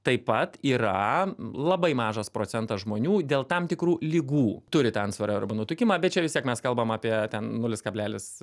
taip pat yra labai mažas procentas žmonių dėl tam tikrų ligų turi tą antsvorį arba nutukimą bet čia vis tiek mes kalbam apie ten nulis kablelis